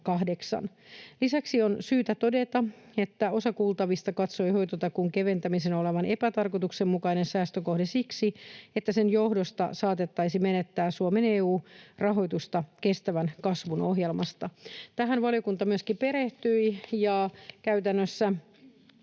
Lisäksi on syytä todeta, että osa kuultavista katsoi hoitotakuun keventämisen olevan epätarkoituksenmukainen säästökohde siksi, että sen johdosta saatettaisiin menettää Suomen EU-rahoitusta kestävän kasvun ohjelmasta. Tähän valiokunta myöskin perehtyi, ja käytännössä